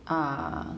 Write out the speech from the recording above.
ah